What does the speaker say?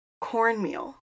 cornmeal